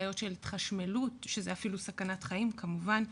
בעיות של התחשמלות שזה אפילו סכנת חיים כמובן,